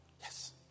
Yes